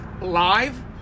live